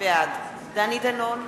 בעד דני דנון,